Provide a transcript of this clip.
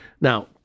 Now